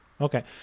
Okay